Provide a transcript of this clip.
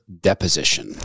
deposition